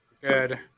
good